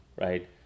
right